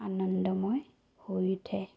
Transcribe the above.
আনন্দময় হৈ উঠে